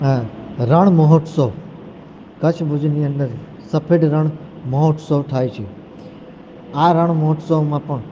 આ રણ મહોત્સવ કચ્છ ભુજની અંદર સફેદ રણ મહોત્સવ થાય છે આ રણ મહોત્સવમાં પણ